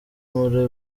muri